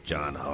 John